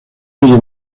oye